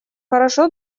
хорошо